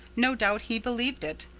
no doubt he believed it.